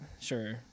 Sure